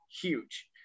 huge